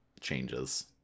changes